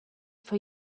for